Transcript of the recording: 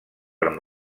per